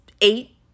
eight